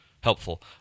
helpful